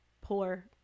poor